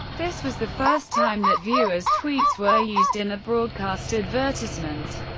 this was the first time that viewers' tweets were used in a broadcast advertisement.